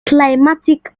climatic